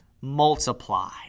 multiply